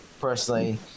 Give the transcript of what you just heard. personally